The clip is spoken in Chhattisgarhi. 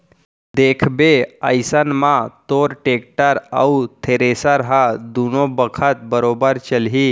देखबे अइसन म तोर टेक्टर अउ थेरेसर ह दुनों बखत बरोबर चलही